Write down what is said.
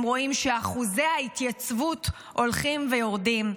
רואים שאחוזי ההתייצבות הולכים ויורדים.